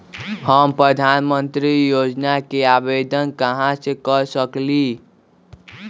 हम प्रधानमंत्री योजना के आवेदन कहा से कर सकेली?